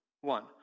one